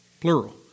Plural